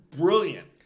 brilliant